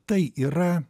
tai yra